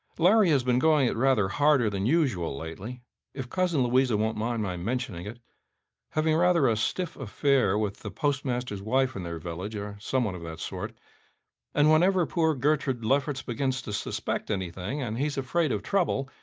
larry has been going it rather harder than usual lately if cousin louisa won't mind my mentioning it having rather a stiff affair with the postmaster's wife in their village, or some one of that sort and whenever poor gertrude lefferts begins to suspect anything, and he's afraid of trouble,